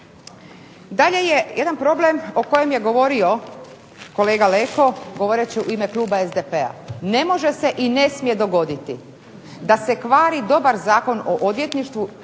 Dalje je jedan problem o kojem je govorio kolega Leko govoreći u ime kluba SDP-a. Ne može se i ne smije dogoditi da se kvari dobar Zakon o odvjetništvu